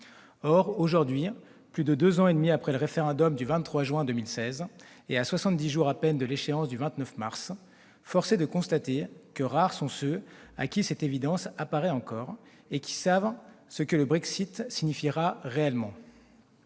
Or, aujourd'hui, plus de deux ans et demi après le référendum du 23 juin 2016 et à soixante-dix jours à peine de l'échéance du 29 mars, force est de constater que rares sont ceux à qui cette évidence apparaît encore et qui savent ce que le Brexit signifiera réellement.